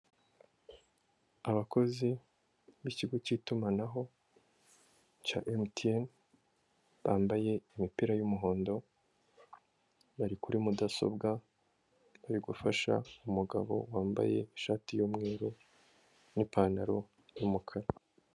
Abakozi b'ikigo cy'iitumanaho cya Emutiyeni bambaye imipira y'umuhondo bari kuri mudasobwa bari gufasha umugabo wambaye ishati y'umweru n'ipantaro y'umukara.